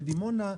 בדימונה,